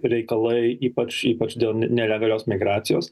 reikalai ypač ypač dėl nelegalios migracijos